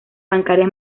bancaria